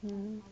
嗯